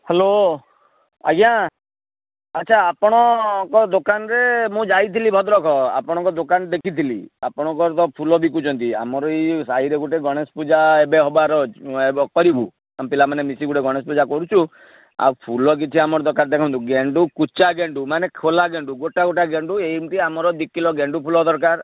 hello ଆଜ୍ଞା ଆଚ୍ଛା ଆପଣଙ୍କ ଦୋକାନରେ ମୁଁ ଯାଇଥିଲି ଭଦ୍ରକ ଆପଣଙ୍କ ଦୋକାନ ଦେଖିଥିଲି ଆପଣଙ୍କର ତ ଫୁଲ ବିକୁଛନ୍ତି ଆମର ଏଇ ସାଇରେ ଗୋଟେ ଗଣେଶ ପୂଜା ଏବେ ହେବାର ଅଛି କରିବୁ ଆମେ ପିଲାମାନେ ମିଶିକି ଗୋଟେ ଗଣେଶ ପୂଜା କରୁଛୁ ଆଉ ଫୁଲ କିଛି ଆମର ଦରକାର ଦେଖନ୍ତୁ ଗେଣ୍ଡୁ କୁଚା ଗେଣ୍ଡୁ ମାନେ ଖୋଲା ଗେଣ୍ଡୁ ଗୋଟା ଗୋଟା ଗେଣ୍ଡୁ ଏମତି ଆମର ଦୁଇ କିଲୋ ଗେଣ୍ଡୁ ଫୁଲ ଦରକାର